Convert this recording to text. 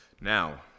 Now